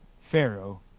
Pharaoh